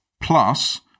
plus